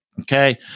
Okay